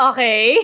Okay